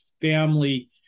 family